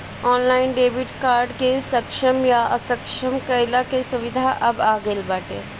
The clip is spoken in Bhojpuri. ऑनलाइन डेबिट कार्ड के सक्षम या असक्षम कईला के सुविधा अब आ गईल बाटे